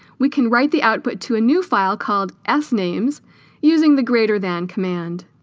we can write the output to a new file called s names using the greater than command